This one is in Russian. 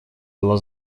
была